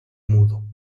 mudo